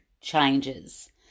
changes